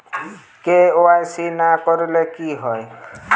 KYC না করলে কি হয়?